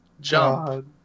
Jump